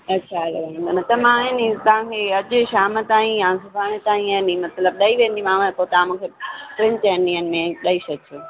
अच्छा माना तव्हां आहे तव्हां में इहे शाम ताईं सुभाणे ताईं आहे नि मतिलबु ॾेई वेंदीमांव पोइ तव्हां मूंखे टिनि चइनि ॾींहंनि में ॾेई छॾिजो